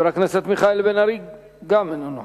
חבר הכנסת מיכאל בן-ארי גם כן אינו נוכח.